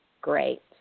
great